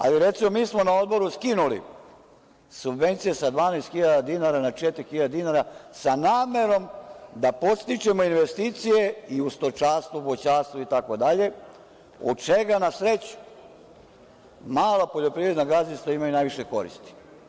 Ali, recimo, mi smo na Odboru skinuli subvencije sa 12.000 dinara na 4.000 dinara sa namerom da podstičemo investicije i u stočarstvu, voćarstvu itd, od čega na sreću mala poljoprivredna gazdinstva imaju najviše koristi.